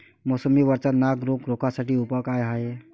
मोसंबी वरचा नाग रोग रोखा साठी उपाव का हाये?